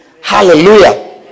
Hallelujah